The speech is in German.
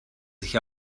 sich